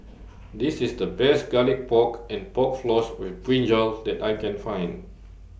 This IS The Best Garlic Pork and Pork Floss with Brinjal that I Can Find